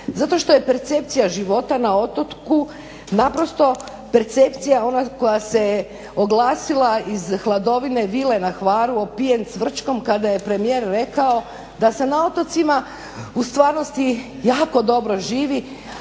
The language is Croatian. zato što je percepcija života na otoku naprosto percepcija ona koja se oglasila iz hladovine vile na Hvaru opijen cvrčkom kada je premijer rekao da se na otocima u stvarnosti jako dobro živi,